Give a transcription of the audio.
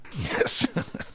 Yes